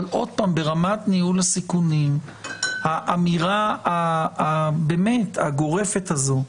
אבל ברמת ניהול הסיכונים האמירה הגורפת הזאת,